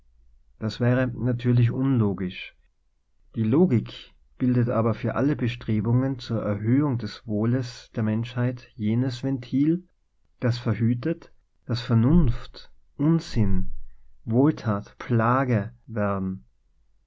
das wäre natürlich unlogisch die logik bildet aber für alle bestrebungen zur erhöhung des wohles der menschheit jenes ventil das verhütet daß vernunft unsinn wohltat plage werden